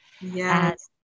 Yes